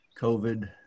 COVID